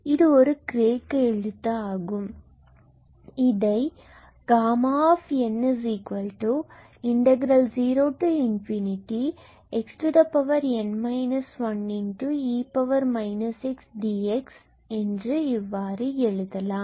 இது ஒரு கிரேக்க எழுத்து ஆகும் இதை Γ0xn 1 e x dx இவ்வாறு எழுதலாம்